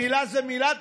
מילה זו מילה,